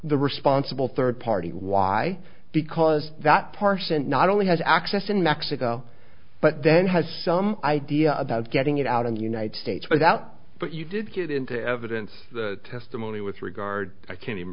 the responsible third party why because that parson not only has access in mexico but then has some idea about getting it out of the united states without but you did get into evidence testimony with regard i can't even